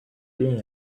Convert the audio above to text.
being